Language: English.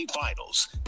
Finals